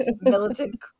militant